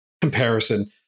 comparison